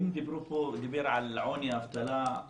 אם דיברו פה על עוני ואבטלה,